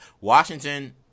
Washington